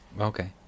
Okay